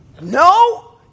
No